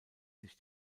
sich